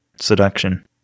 Seduction